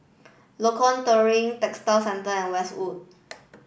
Lorong Terigu Textile Centre and Westwood